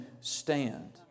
stand